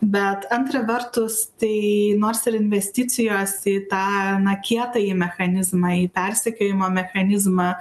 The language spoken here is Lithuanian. bet antra vertus tai nors ir investicijos į tą na kietąjį mechanizmą į persekiojimo mechanizmą